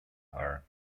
her